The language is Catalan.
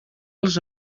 els